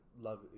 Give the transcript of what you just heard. love